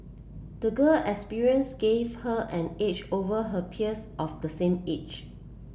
the girl experience gave her an edge over her peers of the same age